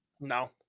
No